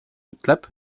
ütleb